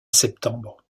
septembre